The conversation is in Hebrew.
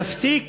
יפסיק